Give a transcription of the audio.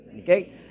okay